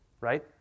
right